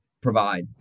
provide